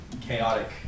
chaotic